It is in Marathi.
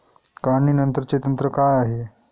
काढणीनंतरचे तंत्र काय आहे?